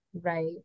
Right